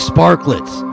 Sparklets